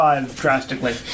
drastically